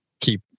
keep